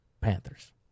Panthers